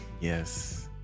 Yes